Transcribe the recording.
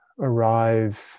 arrive